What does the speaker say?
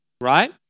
right